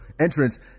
Entrance